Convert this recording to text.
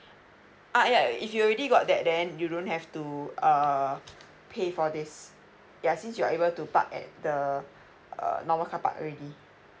ah yeah if you already got that then you don't have to err pay for this yeah since you are able to park at the uh normal carpark already